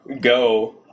Go